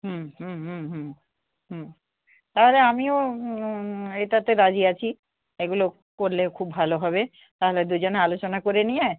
হু হু হুম হুম তাহলে আমিও এটাতে রাজি আছি এগুলো করলে খুব ভালো হবে তাহলে দুজনে আলোচনা করে নিয়ে